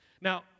Now